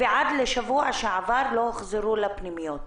ועד לשבוע שעבר לא הוחזרו לפנימיות.